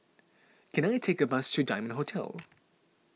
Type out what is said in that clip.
can I take a bus to Diamond Hotel